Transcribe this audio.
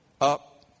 up